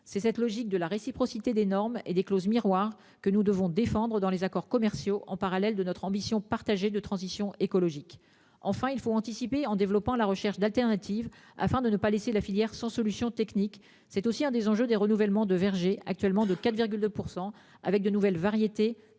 C'est cette logique de la réciprocité des normes et des clauses miroirs que nous devons défendre dans les accords commerciaux en parallèle de notre ambition partagée de transition écologique. Enfin il faut anticiper en développant la recherche d'alternatives afin de ne pas laisser la filière sans solution technique, c'est aussi un des enjeux des renouvellements de vergers, actuellement de 4,2% avec de nouvelles variétés